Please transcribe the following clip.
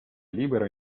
libero